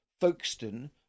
Folkestone